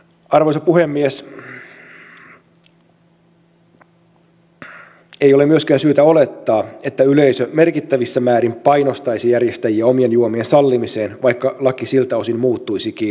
arvoisa puhemies ei ole myöskään syytä olettaa että yleisö merkittävissä määrin painostaisi järjestäjiä omien juomien sallimiseen vaikka laki siltä osin muuttuisikin